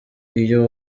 iyo